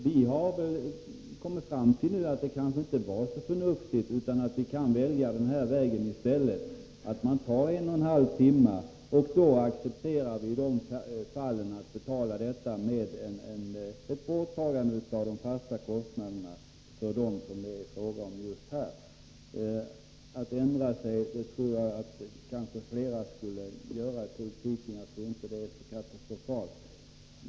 Vi har nu kommit fram till att det kanske inte var så förnuftigt, utan vi har velat välja den här vägen i stället. Vi kombinerar detta med ett successivt borttagande av avdraget för de fasta kostnaderna för de skattskyldiga som det här är fråga om. Jag tror att flera skulle ändra sig i politiken. Det är inte katastrofalt.